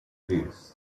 greece